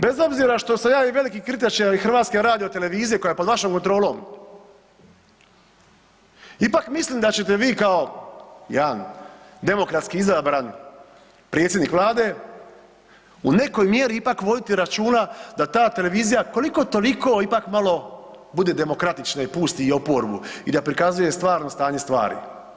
Bez obzira što sam ja jedan veliki kritičar i HRT-a koja je pod vašom kontrolom ipak mislim da ćete vi kao jedan demokratski izabran predsjednik vlade u nekoj mjeri ipak voditi računa da ta televizija koliko toliko ipak malo bude demokratična i pusti i oporbu i da prikazuje stvarno stanje stvari.